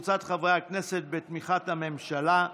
חברי הכנסת, בתמיכת הממשלה.